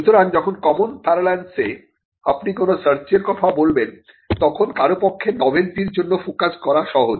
সুতরাং যখন কমন পারলেন্সে আপনি কোন সার্চের কথা বলবেন তখন কারো পক্ষে নভেলটির জন্য ফোকাস করা সহজ